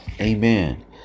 amen